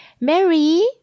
Mary